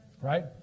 Right